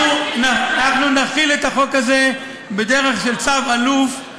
אנחנו נחיל את החוק הזה בדרך של צו אלוף,